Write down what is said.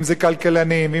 אם פקידי האוצר,